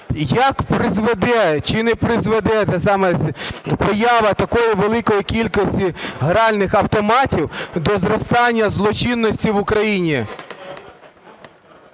Як призведе чи не призведе саме поява такої великої кількості гральних автоматів до зростання злочинності в Україні?